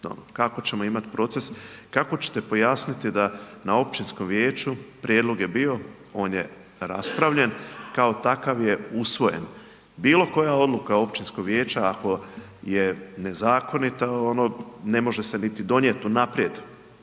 kako ćemo imati proces, kako ćete pojasniti da na općinskom vijeću prijedlog je bio, on je raspravljen, kao takav je usvojen. Bilo koja odluka općinskog vijeća ako je nezakonita ne može se niti donijeti unaprijed.